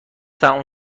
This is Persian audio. تموم